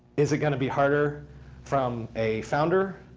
is it going to be harder from a founder?